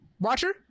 watcher